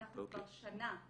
אנחנו כבר שנה.